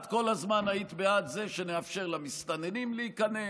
את כל הזמן היית בעד זה שנאפשר למסתננים להיכנס,